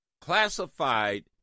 classified